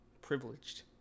Privileged